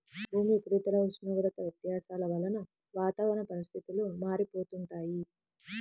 భూమి ఉపరితల ఉష్ణోగ్రత వ్యత్యాసాల వలన వాతావరణ పరిస్థితులు మారిపోతుంటాయి